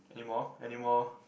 anymore anymore